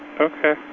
Okay